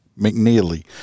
McNeely